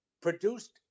produced